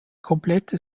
komplette